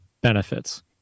benefits